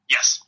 Yes